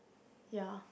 ya